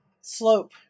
slope